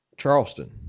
charleston